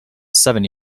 seven